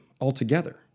altogether